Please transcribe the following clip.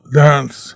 dance